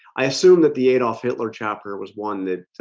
i assume that the adolf hitler chapter was one that